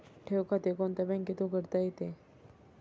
ठेव खाते कोणत्या बँकेत उघडता येते?